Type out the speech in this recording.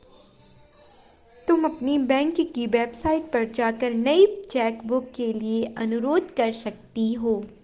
तुम अपनी बैंक की वेबसाइट पर जाकर नई चेकबुक के लिए अनुरोध कर सकती हो